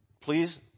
Please